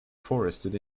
forested